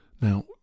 Now